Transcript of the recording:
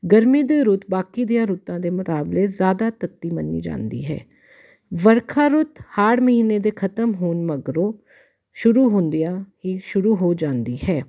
ਗਰਮੀ ਦੇ ਰੁੱਤ ਬਾਕੀ ਦੀਆਂ ਰੁੱਤਾਂ ਦੇ ਮੁਕਾਬਲੇ ਜ਼ਿਆਦਾ ਤੱਤੀ ਮੰਨੀ ਜਾਂਦੀ ਹੈ ਵਰਖਾ ਰੁੱਤ ਹਾੜ੍ਹ ਮਹੀਨੇ ਦੇ ਖਤਮ ਹੋਣ ਮਗਰੋਂ ਸ਼ੁਰੂ ਹੁੰਦਿਆਂ ਹੀ ਸ਼ੁਰੂ ਹੋ ਜਾਂਦੀ ਹੈ